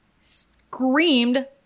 screamed